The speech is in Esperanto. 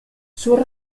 sur